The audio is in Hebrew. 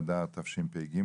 תשפ"ג,